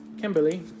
Kimberly